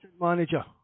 Manager